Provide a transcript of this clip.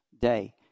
day